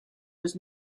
was